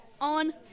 on